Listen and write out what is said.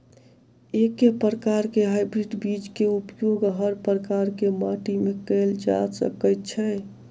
एके प्रकार केँ हाइब्रिड बीज केँ उपयोग हर प्रकार केँ माटि मे कैल जा सकय छै?